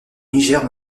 niger